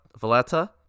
Valletta